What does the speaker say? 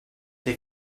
they